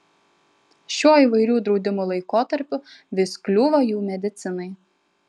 šiuo įvairių draudimų laikotarpiu vis kliūva jų medicinai